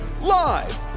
live